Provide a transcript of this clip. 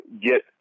get